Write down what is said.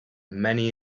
many